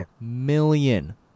million